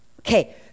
Okay